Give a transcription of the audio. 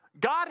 God